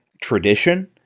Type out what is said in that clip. tradition